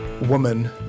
woman